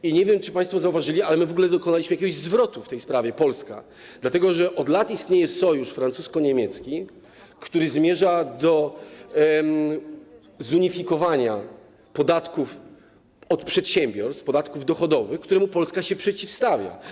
I nie wiem, czy państwo zauważyli, ale my w ogóle dokonaliśmy jakiegoś zwrotu w tej sprawie jako Polska, dlatego że od lat istnieje sojusz francusko-niemiecki, która zmierza do zunifikowania podatków od przedsiębiorstw, podatków dochodowych, któremu Polska się przeciwstawia.